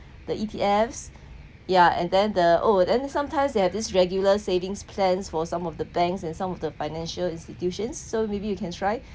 the E_T_F ya and then the oh then sometimes there're this regular savings plans for some of the banks and some of the financial institutions so maybe you can try